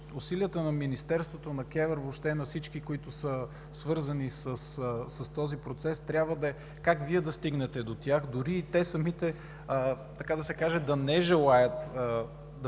усилията на Министерството, на КЕВР, въобще на всички, които са свързани с този процес, трябва да е как Вие да стигнете до тях. Дори и те самите, така да се каже, да не желаят да